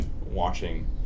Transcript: watching